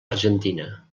argentina